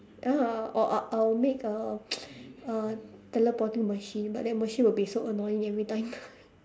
ah or I I'll make a a teleporting machine but that machine will be so annoying every time